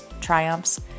triumphs